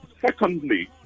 secondly